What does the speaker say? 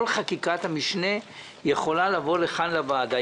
כל חקיקת המשנה יכולה לבוא לכאן לוועדה,